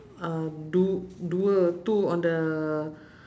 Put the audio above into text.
uh du~ dua two on the